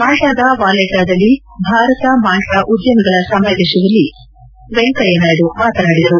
ಮಾಲ್ವಾದ ವಾಲ್ಲೆಟಾದಲ್ಲಿ ಭಾರತ ಮಾಲ್ವಾ ಉದ್ಯಮಿಗಳ ಸಮಾವೇಶದಲ್ಲಿ ವೆಂಕಯ್ಯ ನಾಯ್ಡು ಮಾತನಾಡಿದರು